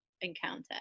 encounter